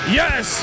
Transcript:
yes